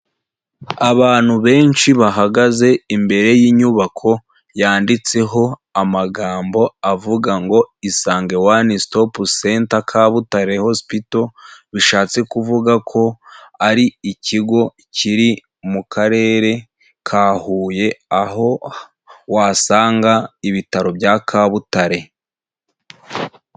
Abantu benshi bahagaze imbere y'inyubako yanditseho amagambo avuga ngo Isange one stop center Kabutare Hospital, bishatse kuvuga ko ari ikigo kiri mu Karere ka Huye aho wasanga ibitaro bya Kabutare.